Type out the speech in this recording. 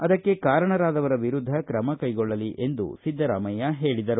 ಅದಕ್ಕೆ ಕಾರಣರಾದವರ ವಿರುದ್ಧ ಕ್ರಮ ಕೈಗೊಳ್ಳಲಿ ಎಂದು ಅವರು ಹೇಳಿದರು